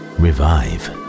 revive